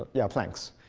yeah, planks